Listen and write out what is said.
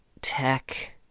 tech